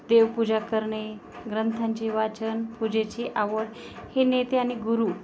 देवपूजा करणे ग्रंथांची वाचन पूजेची आवड हे नेते आणि गुरू